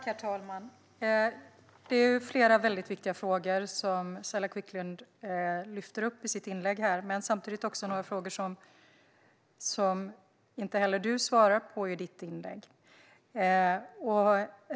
Herr talman! Du lyfte upp flera viktiga frågor i ditt inlägg, Saila Quicklund, men det är samtidigt några frågor som inte heller du svarar på.